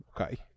Okay